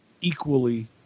equally